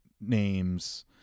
names